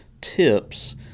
tips